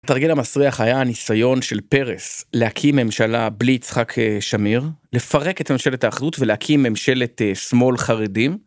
התרגיל המסריח היה הניסיון של פרס להקים ממשלה בלי יצחק שמיר, לפרק את ממשלת האחדות ולהקים ממשלת שמאל-חרדים.